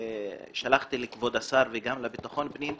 שלחתי לכבוד השר וגם לביטחון פנים,